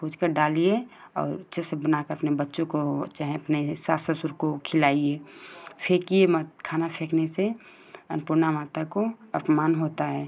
भूँजकर डालिए और अच्छे से बनाकर अपने बच्चों को चाहे अपने सास ससुर को खिलाइए फेकिए मत खाना फेकने से अन्नपूर्णा माता का अपमान होता है